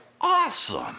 awesome